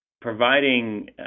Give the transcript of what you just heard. providing